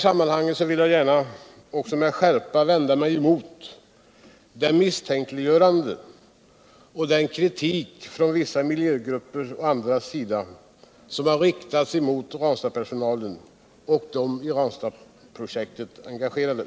Jag vill också gärna med skärpa vända mig emot det misstänkliggörande och den kriuk som från vissa miljögrupper och andra har riktats mot Ranstadpersonalen och de i Ranstadprojektet engagerade.